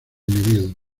neville